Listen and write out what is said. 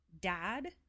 Dad